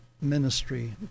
ministry